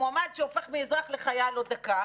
המועמד שהופך מאזרח לחייל עוד דקה,